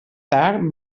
tard